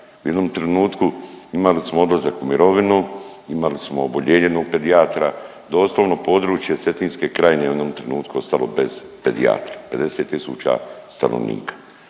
u jednom trenutku imali smo odlazak u mirovinu, imali smo oboljenje jednog pedijatra, doslovno područje Cetinske krajine u jednom trenutku je ostalo bez pedijatra, 50 tisuća stanovnika.